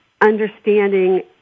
understanding